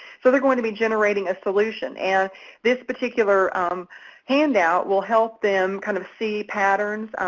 so they're going to be generating a solution and this particular handout will help them kind of see patterns.